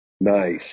Nice